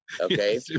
Okay